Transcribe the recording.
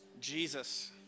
Jesus